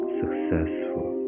successful